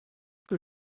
que